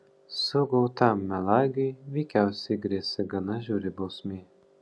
sugautam melagiui veikiausiai grėsė gana žiauri bausmė